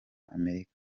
amerika